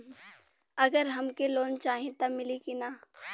अगर हमके लोन चाही त मिली की ना?